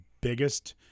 biggest